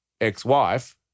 ex-wife